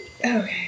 Okay